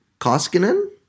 Koskinen